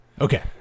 Okay